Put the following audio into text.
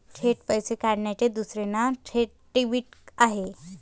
थेट पैसे काढण्याचे दुसरे नाव थेट डेबिट आहे